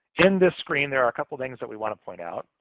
in the screen, there are a couple things that we want to point out.